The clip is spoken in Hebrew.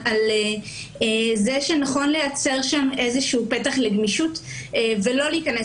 על זה שנכון לייצר שם איזשהו פתח לגמישות ולא להיכנס